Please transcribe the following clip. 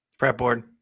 Fretboard